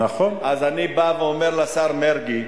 אז אני בא ואומר לשר מרגי: